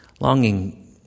Longing